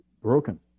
broken